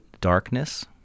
darkness